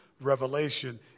revelation